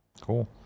cool